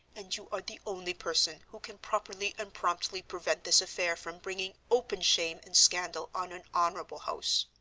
and you are the only person who can properly and promptly prevent this affair from bringing open shame and scandal on an honorable house.